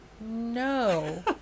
No